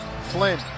Flynn